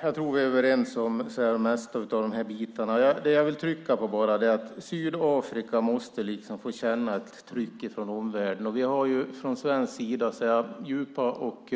Fru talman! Jag tror att vi är överens om det mesta. Det jag vill trycka på är bara att Sydafrika måste få känna ett tryck från omvärlden. Vi har från svensk sida djupa och